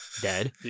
Dead